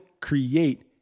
create